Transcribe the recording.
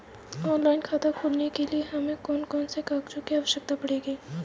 Online खाता खोलने के लिए हमें कौन कौन से कागजात की आवश्यकता पड़ेगी?